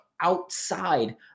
outside